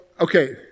okay